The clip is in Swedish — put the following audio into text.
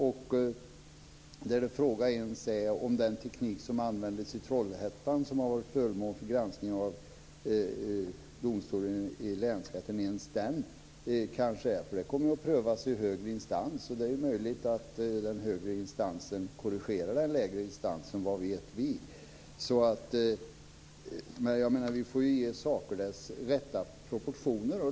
Dessutom är frågan om ens den teknik som användes i Trollhättan, som har varit föremål för domstolsgranskning i länsrätten, är det. Detta kommer att prövas i högre instans, och det är möjligt att den högre instansen korrigerar den lägre instansen. Vad vet vi? Jag menar att vi får ge saker deras rätta proportioner.